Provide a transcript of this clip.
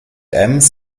ems